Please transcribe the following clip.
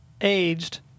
aged